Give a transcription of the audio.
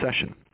session